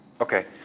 okay